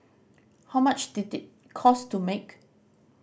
how much did it cost to make